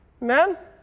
man